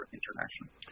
internationally